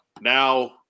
Now